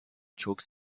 çok